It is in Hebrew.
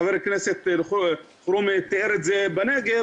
חבר הכנסת אלחרומי תיאר את זה בנגב,